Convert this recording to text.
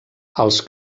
els